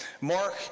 Mark